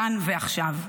כאן ועכשיו.